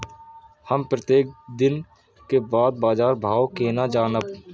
हम प्रत्येक दिन के बाद बाजार भाव केना जानब?